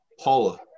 Paula